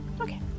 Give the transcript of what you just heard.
Okay